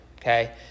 okay